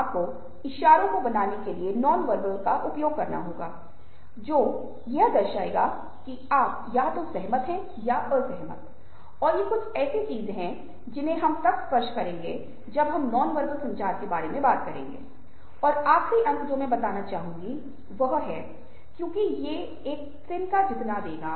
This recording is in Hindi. और सहानुभूति संभवतः दुःख की अवधारणा से कैसे संबंधित है सहानुभूति के माध्यम से दुःख को कैसे समाप्त किया जाता है ये कुछ ऐसी चीजें हैं जिन्हें हम वास्तव में आज़मा सकते हैं क्योंकि प्रयोगों को पहले ही प्रदान किए गए लिंक में संकेत दिया गया है और मैं आपसे भाग लेने के लिए अनुरोध करता हूं ताकि हम वास्तव में एक साथ सीख सकें कि निष्कर्ष क्या हैं